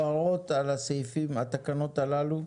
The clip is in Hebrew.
הבהרות על התקנות הללו.